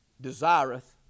desireth